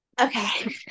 Okay